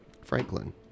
Franklin